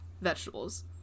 vegetables